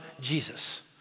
Jesus